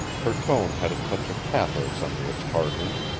her tone had a touch of pathos under its hardness.